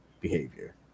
behavior